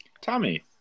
Tommy